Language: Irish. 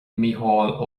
mícheál